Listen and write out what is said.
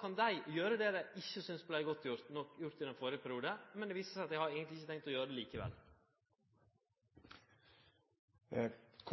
kan dei gjere det dei ikkje syntest vart godt nok gjort i den førre perioden. Men det viser seg at dei har eigentleg ikkje tenkt